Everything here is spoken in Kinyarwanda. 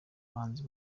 bahanzi